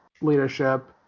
leadership